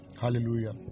Hallelujah